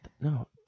No